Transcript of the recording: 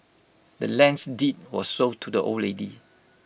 the land's deed was sold to the old lady